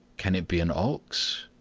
can it be an ox?